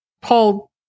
Paul